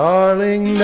Darling